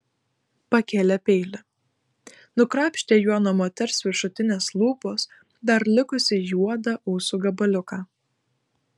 pakėlė peilį nukrapštė juo nuo moters viršutinės lūpos dar likusį juodą ūsų gabaliuką